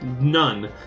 none